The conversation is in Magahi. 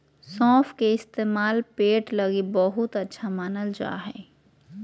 सौंफ के इस्तेमाल पेट लगी बहुते अच्छा मानल जा हय